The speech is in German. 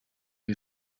wie